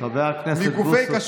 חבר הכנסת בוסו,